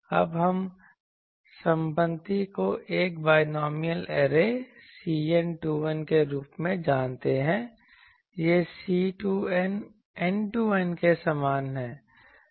अब हम संपत्ति को एक बायनॉमियल ऐरे Cn2N के रूप में जानते हैं यह C2N n2N के समान है